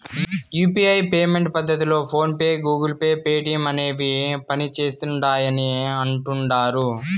UPI payment పద్దతిలో PhonePe, Google Pay, Paytm అనేవి పనిసేస్తిండాయని అంటుడారు